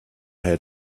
had